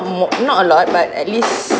mo~ not a lot but at least